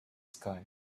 sky